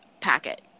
packet